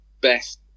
best